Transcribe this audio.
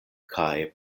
kaj